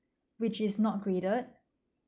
which is not graded